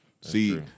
See